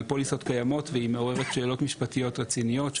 על פוליסות קיימות והיא מעוררת שאלות משפטיות רציניות,